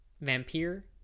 Vampire